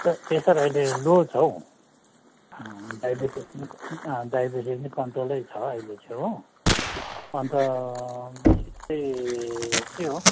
pressure pressure अहिले low छ हौ डाइबिटिज डाइबिटिज नि कन्ट्रोलै छ अहिले चाहिँ हो अन्त बेसी चाहिँ त्यही हो